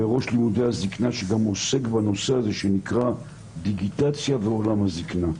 וראש לימודי זקנה שגם עוסק בנושא הזה שנקרא דיגיטציה ועולם הזקנה.